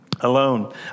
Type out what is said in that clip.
Alone